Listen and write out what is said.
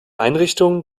einrichtung